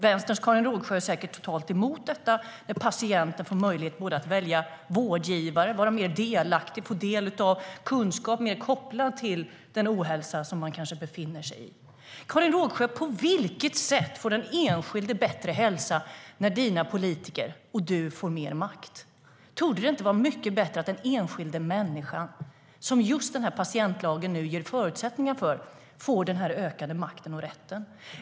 Vänsterns Karin Rågsjö är säkert totalt emot detta där patienten får möjlighet att välja vårdgivare, vara mer delaktig och få del av kunskap mer kopplad till den ohälsa som den kanske befinner sig i.Karin Rågsjö! På vilket sätt får den enskilde bättre hälsa när dina politiker och du får mer makt? Torde det inte vara mycket bättre att den enskilda människan, som just denna patientlag nu ger förutsättningar för, får den ökade makten och rätten?